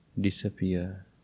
disappear